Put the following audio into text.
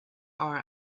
are